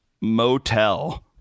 motel